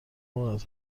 اهداف